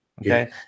Okay